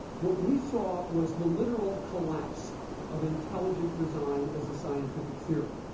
what we saw was the literal collapse of intelligent design as a scientific theory.